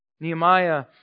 Nehemiah